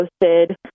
posted